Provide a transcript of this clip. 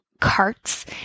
Carts